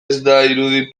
irudi